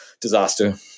disaster